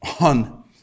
on